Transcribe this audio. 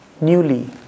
newly